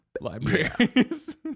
libraries